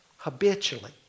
Habitually